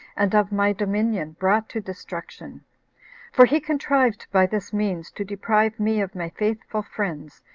and of my dominion, brought to destruction for he contrived by this means to deprive me of my faithful friends,